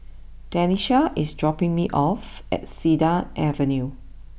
Denisha is dropping me off at Cedar Avenue